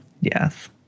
Yes